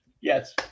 Yes